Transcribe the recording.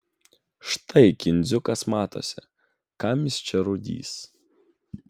štai kindziukas matosi kam jis čia rūdys